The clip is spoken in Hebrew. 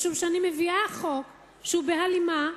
משום שאני מביאה חוק שהוא בהלימה,